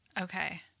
Okay